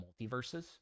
multiverses